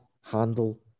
handle